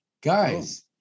Guys